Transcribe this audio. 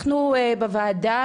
אנחנו בוועדה,